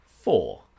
four